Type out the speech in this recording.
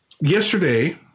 yesterday